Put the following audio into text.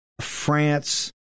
France